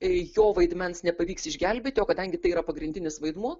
jo vaidmens nepavyks išgelbėti o kadangi tai yra pagrindinis vaidmuo